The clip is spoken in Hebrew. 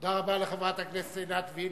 תודה רבה לחברת הכנסת עינת וילף.